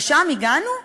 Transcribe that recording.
לשם הגענו?